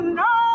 no